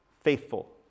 faithful